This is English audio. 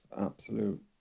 absolute